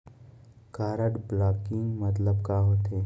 Card blocking मतलब का होथे?